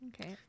Okay